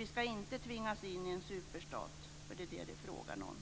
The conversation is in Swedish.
Vi ska inte tvingas in i en superstat, som det är frågan om,